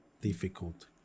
difficult